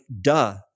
duh